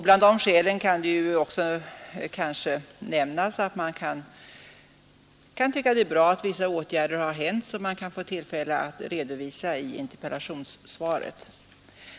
Bland de skälen kan kanske också nämnas att man kan tycka det vara bra att vissa åtgärder har vidtagits som man kan få tillfälle att redovisa i interpellationssvaret.